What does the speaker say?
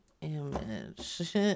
image